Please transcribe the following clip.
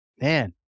Man